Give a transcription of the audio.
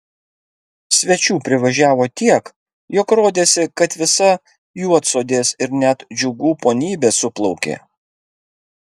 svečių privažiavo tiek jog rodėsi kad visa juodsodės ir net džiugų ponybė suplaukė